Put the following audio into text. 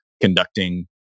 conducting